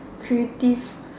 creative